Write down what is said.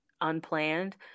unplanned